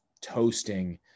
toasting –